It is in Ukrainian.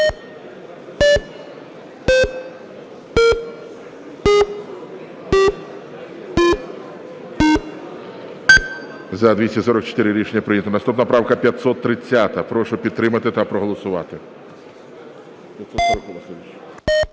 За-244 Рішення прийнято. Наступна правка 530. Прошу підтримати та проголосувати.